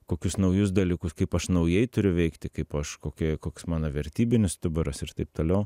kokius naujus dalykus kaip aš naujai turiu veikti kaip aš kokia koks mano vertybinis stuburas ir taip toliau